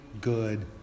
good